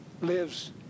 lives